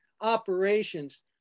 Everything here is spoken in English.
operations